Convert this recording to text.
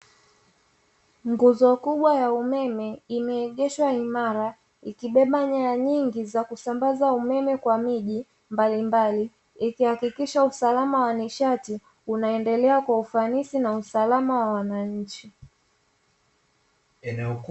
Nguzo kubwa ya umeme imeegeshwa imara, ikibeba nyaya nyingi za kusambaza umeme kwa miji mbalimbali, ikihakikisha usalama wa nishati unaendelea kwa ufanisi na usalama wa wananchi.